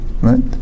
right